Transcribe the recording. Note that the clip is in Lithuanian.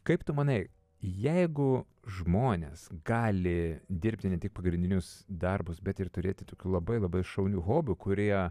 kaip tu manai jeigu žmonės gali dirbti ne tik pagrindinius darbus bet ir turėti tokių labai labai šaunių hobių kurie